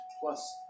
plus